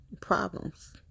problems